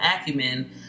acumen